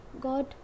God